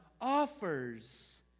offers